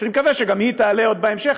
ואני מקווה שהיא תעלה עוד בהמשך,